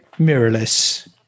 mirrorless